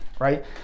right